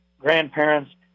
grandparents